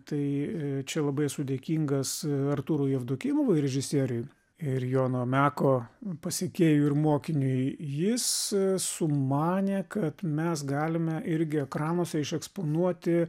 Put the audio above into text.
tai čia labai esu dėkingas artūrui jevdokimovui režisieriui ir jono meko pasekėjui ir mokiniui jis sumanė kad mes galime irgi ekranuose išeksponuoti